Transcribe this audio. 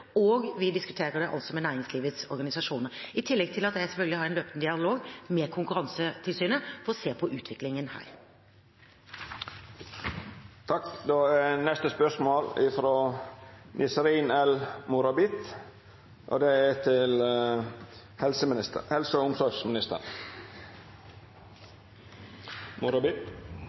næringslivets organisasjoner, i tillegg til at jeg selvfølgelig har en løpende dialog med Konkurransetilsynet for å se på utviklingen her. Dette spørsmålet, frå representanten Lars Haltbrekken til helse- og omsorgsministeren, vil verta teke opp av representanten Nisrin El Morabit.